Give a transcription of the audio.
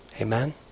Amen